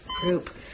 group